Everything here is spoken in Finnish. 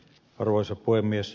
arvoisa puhemies